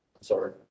sorry